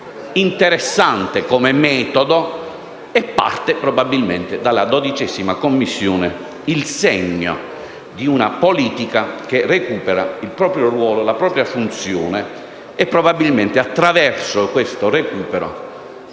interessante, come metodo: parte dalla 12a Commissione il segno di una politica che recupera il proprio ruolo, la propria funzione e probabilmente, attraverso questo recupero,